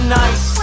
nice